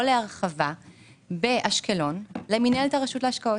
להרחבה באשקלון למינהלת הרשות להשקעות.